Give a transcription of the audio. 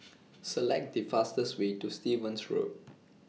Select The fastest Way to Stevens Road